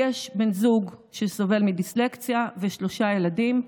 יש לי בן זוג שסובל מדיסלקציה, ושלושה ילדים,